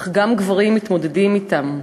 אך גם גברים מתמודדים אתה.